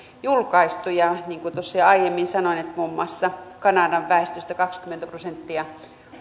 julkaistu niin kuin jo aiemmin sanoin muun muassa kanadan väestöstä kaksikymmentä prosenttia